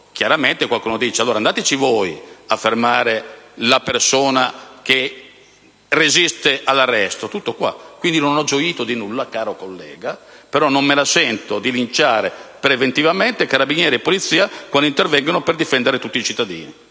chiaro che qualcuno dirà: «Allora andateci voi a fermare la persona che resiste all'arresto». Tutto qui, quindi, non ho gioito di nulla, caro collega, però non me la sento di linciare preventivamente carabinieri e poliziotti quando intervengono per difendere tutti i cittadini.